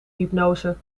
hypnose